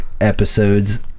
episodes